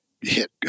hit